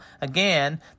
Again